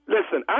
Listen